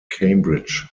cambridge